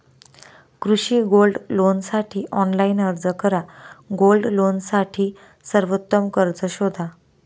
कृषी गोल्ड लोनसाठी ऑनलाइन अर्ज करा गोल्ड लोनसाठी सर्वोत्तम कर्ज शोधा